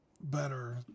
better